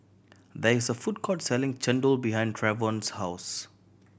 there is a food court selling chendol behind Travon's house